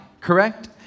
correct